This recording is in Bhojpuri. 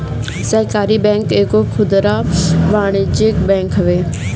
सहकारी बैंक एगो खुदरा वाणिज्यिक बैंक हवे